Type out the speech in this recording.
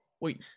Wait